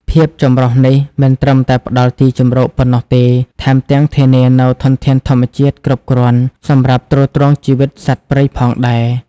ភាពចម្រុះនេះមិនត្រឹមតែផ្តល់ទីជម្រកប៉ុណ្ណោះទេ ថែមទាំងធានានូវធនធានធម្មជាតិគ្រប់គ្រាន់សម្រាប់ទ្រទ្រង់ជីវិតសត្វព្រៃផងដែរ។